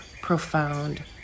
profound